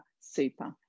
super